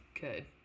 Good